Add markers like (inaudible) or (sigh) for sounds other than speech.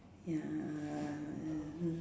ya (noise)